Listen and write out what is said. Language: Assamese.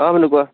অঁ বোলো কোৱা